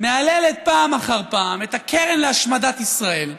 מהללת פעם אחר פעם את הקרן להשמדת ישראל.